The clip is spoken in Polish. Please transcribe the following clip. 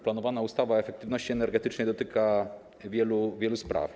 Planowana ustawa o efektywności energetycznej dotyka wielu spraw.